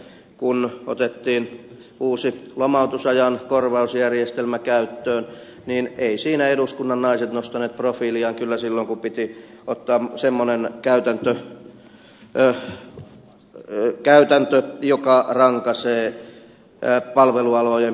kun otettiin uusi lomautusajan korvausjärjestelmä käyttöön niin eivät siinä eduskunnan naiset nostaneet profiiliaan kyllä silloin kun piti ottaa semmoinen käytäntö joka rankaisee palvelualojen pienipalkkaisia naistyöntekijöitä